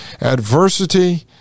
adversity